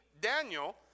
Daniel